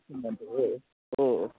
के भन्छ हो हो हो